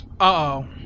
Uh-oh